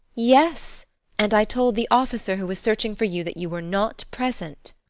yes and i told the officer who was searching for you that you were not present.